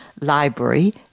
library